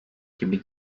gibi